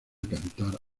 cantar